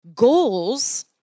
Goals